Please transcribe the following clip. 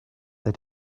that